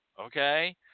okay